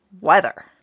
weather